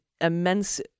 immense